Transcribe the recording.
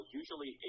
usually